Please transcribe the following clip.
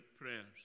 prayers